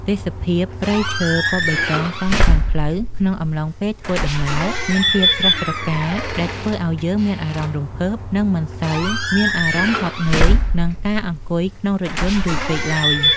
ទេសភាពព្រៃឈើពណ៌បៃតងសងខាងផ្លូវក្នុងអំឡុងពេលធ្វើដំណើរមានភាពស្រស់ត្រកាលដែលធ្វើឱ្យយើងមានអារម្មណ៍រំភើប និង មិនសូវមានអារម្មណ៍ហត់នឿយនឹងការអង្គុយក្នុងរថយន្តយូរពេកឡើយ។